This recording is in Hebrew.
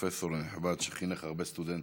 הפרופסור הנכבד, שחינך הרבה סטודנטים.